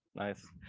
nice,